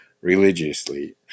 religiously